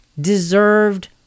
deserved